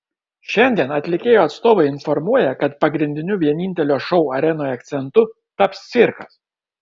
šiandien atlikėjo atstovai informuoja kad pagrindiniu vienintelio šou arenoje akcentu taps cirkas